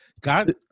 God